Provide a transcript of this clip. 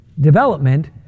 development